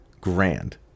grand